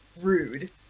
rude